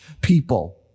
people